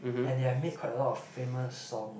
and they have made quite a lot of famous songs